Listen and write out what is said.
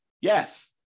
Yes